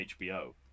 HBO